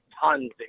tons